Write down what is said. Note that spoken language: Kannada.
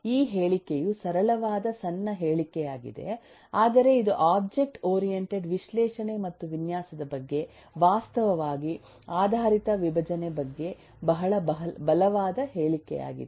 ಈ ಹೇಳಿಕೆಯು ಸರಳವಾದ ಸಣ್ಣ ಹೇಳಿಕೆಯಾಗಿದೆ ಆದರೆ ಇದು ಒಬ್ಜೆಕ್ಟ್ ಓರಿಯಂಟೆಡ್ ವಿಶ್ಲೇಷಣೆ ಮತ್ತು ವಿನ್ಯಾಸದ ಬಗ್ಗೆ ವಾಸ್ತವವಾಗಿ ಆಧಾರಿತ ವಿಭಜನೆ ಬಗ್ಗೆ ಬಹಳ ಬಲವಾದ ಹೇಳಿಕೆಯಾಗಿದೆ